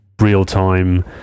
real-time